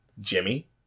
Jimmy